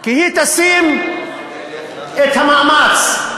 כי היא תשים את המאמץ.